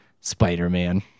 spider-man